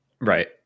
Right